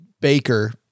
baker